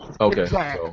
Okay